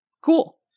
Cool